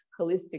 holistic